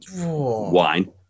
Wine